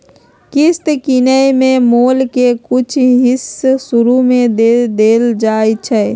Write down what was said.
किस्त किनेए में मोल के कुछ हिस शुरू में दे देल जाइ छइ